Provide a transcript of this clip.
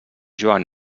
joan